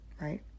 right